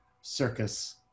circus